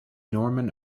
norman